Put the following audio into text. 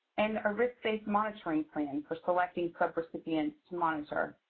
and a risk-based monitoring plan for selecting subrecipients to monitor.